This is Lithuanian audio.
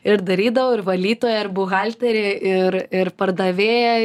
ir darydavau ir valytoja ir buhalterė ir ir pardavėja